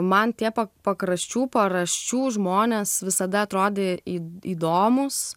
man tie pakraščių paraščių žmonės visada atrodė į įdomūs